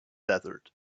desert